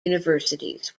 universities